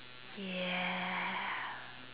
ya